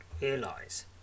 Realize